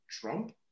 Trump